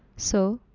so,